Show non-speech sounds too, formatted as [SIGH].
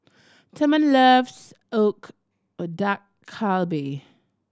Therman loves [UNINTELLIGIBLE] Dak Galbi